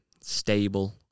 stable